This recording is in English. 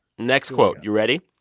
next quote. you ready?